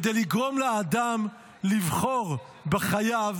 כדי לגרום לאדם לבחור בחייו,